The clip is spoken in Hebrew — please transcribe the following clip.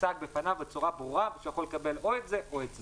מוצג בפניו בצורה ברורה שהוא יכול לקבל או את זה או את זה.